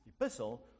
epistle